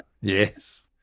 yes